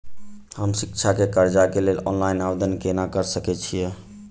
हम शिक्षा केँ कर्जा केँ लेल ऑनलाइन आवेदन केना करऽ सकल छीयै?